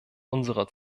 unserer